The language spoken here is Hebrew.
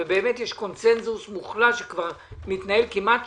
ובאמת יש קונצנזוס מוחלט שכבר מתנהל כבר כמעט שנה.